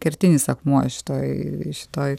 kertinis akmuo šitoj šitoj